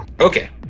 Okay